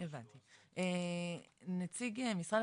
ב-HD מבחינתם, המצלמות של איכות SD מספיק.